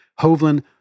Hovland